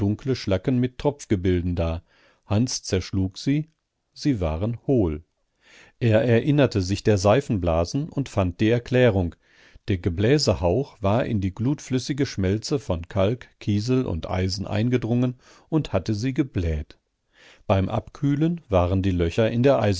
schlacken mit tropfgebilden da hans zerschlug sie sie waren hohl er erinnerte sich der seifenblasen und fand die erklärung der gebläsehauch war in die glutflüssige schmelze von kalk kiesel und eisen eingedrungen und hatte sie gebläht beim abkühlen waren die löcher in der